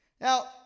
Now